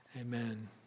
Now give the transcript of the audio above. amen